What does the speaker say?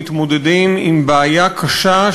מתמודדים עם בעיה קשה,